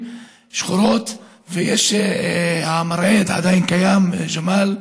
שחורות והמראה עדיין קיים, ג'מאל,